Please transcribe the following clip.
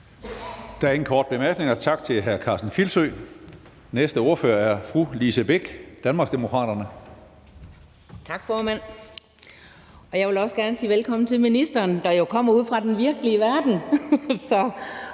Der er ingen korte bemærkninger. Tak til hr. Karsten Filsø. Næste ordfører er fru Lise Bech, Danmarksdemokraterne. Kl. 13:48 (Ordfører) Lise Bech (DD): Tak, formand. Jeg vil også gerne sige velkommen til ministeren, der jo kommer ude fra den virkelige verden,